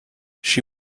she